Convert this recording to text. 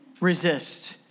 resist